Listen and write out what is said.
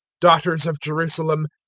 daughters of jerusalem,